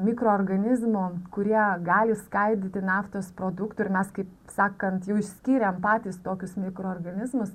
mikroorganizmų kurie gali skaidyti naftos produktų ir mes kaip sakant jau išskyrėm patys tokius mikroorganizmus